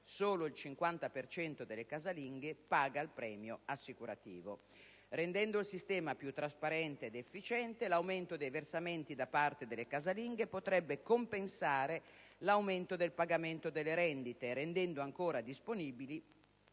solo il 50 per cento delle casalinghe paga il premio assicurativo. Rendendo il sistema più trasparente ed efficiente l'aumento dei versamenti da parte delle casalinghe potrebbe compensare l'aumento del pagamento delle rendite, rendendo ancora disponibili